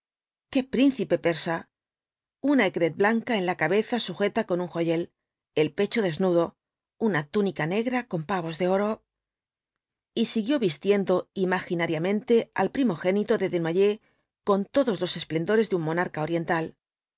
qué príncipe persa una aigrettehlsmea en la cabeza sujeta con un joyel el pecho desnudo una túnica negra con pavos de oro y siguió vistiendo imaginariamente al primogénito de desnoyers con todos los esplendores de un monarca oriental